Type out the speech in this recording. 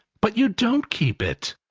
but you don't keep it.